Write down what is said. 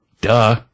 Duh